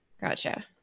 gotcha